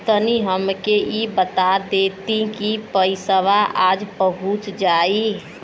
तनि हमके इ बता देती की पइसवा आज पहुँच जाई?